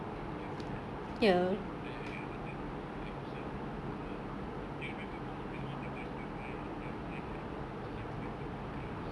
for O level art I think I I wanted to do like some oh remember me beli the right then after that like I take pictures of the dia keras